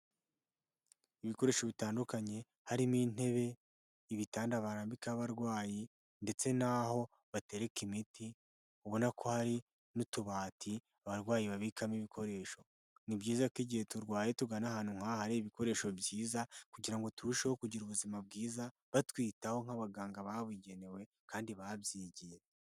Ibikoresho bitandukanye harimo intebe, ibitanda barambikaho abarwayi ndetse n'aho batereka imiti ubona ko hari n'utubati abarwayi babikamo ibikoresho, ni byiza ko igihe turwaye tugana ahantu nk'aha hari ibikoresho byiza kugira ngo turusheho kugira ubuzima bwiza batwitaho nk'abaganga babugenewe kandi babyigiye.